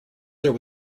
there